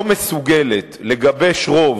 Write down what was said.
אם הכנסת לא מסוגלת לגבש רוב,